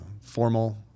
formal